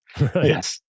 Yes